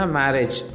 marriage